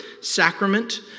sacrament